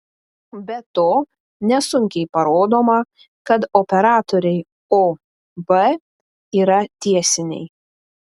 be to nesunkiai parodoma kad operatoriai o b yra tiesiniai